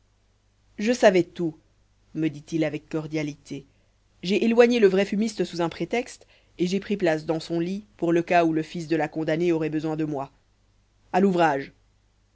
je savais tout me dit-il avec cordialité j'ai éloigné le vrai fumiste sous un prétexte et j'ai pris place dans son lit pour le cas où le fils de la condamnée aurait besoin de moi à l'ouvrage